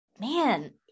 man